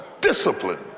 discipline